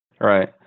Right